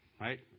right